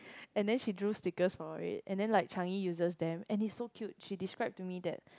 and then she drew stickers for it and then like Changi uses them and it is so cute she describe to me that